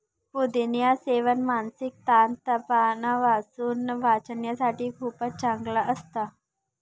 पुदिन्याच सेवन मानसिक ताण तणावापासून वाचण्यासाठी खूपच चांगलं असतं